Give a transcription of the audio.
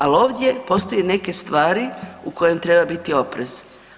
Ali ovdje postoje neke stvari u kojim treba biti opre.